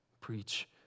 preach